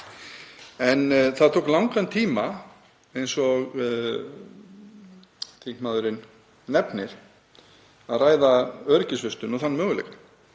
Það tók langan tíma, eins og þingmaðurinn nefnir, að ræða öryggisvistun og þann möguleika.